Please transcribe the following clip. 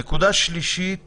נקודה שלישית